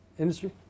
Industry